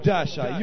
Dasha